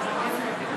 כן, בסדר.